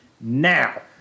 now